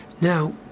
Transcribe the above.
Now